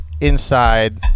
inside